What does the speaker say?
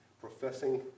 professing